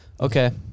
okay